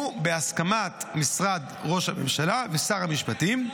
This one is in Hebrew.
בהסכמת משרד ראש הממשלה ושר המשפטים.